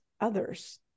others